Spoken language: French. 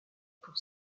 pour